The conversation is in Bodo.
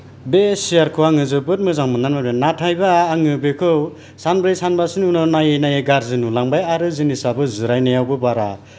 बे सियारखौ आङो जोबोद मोजां मोन्नानै लाबदोंमोन नाथायबा आं बेखौ सानब्रै सानबासोनि उनाव नायै नायै गाज्रि नुलांबाय आरो जिनिसाबो जिरायनायावबो बारा